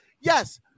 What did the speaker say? yes